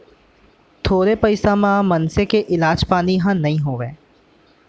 थोरे पइसा म मनसे के इलाज पानी ह नइ होवय